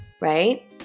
right